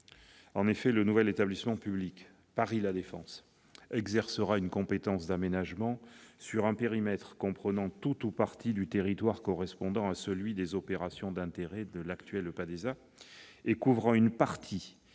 En effet, le nouvel établissement public Paris La Défense exercera une compétence d'aménagement sur un périmètre comprenant tout ou partie du territoire correspondant à celui des opérations d'intérêt de l'actuel EPADESA et couvrant une partie